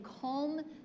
calm